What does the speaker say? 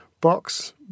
box